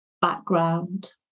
background